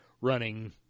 running